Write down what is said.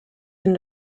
been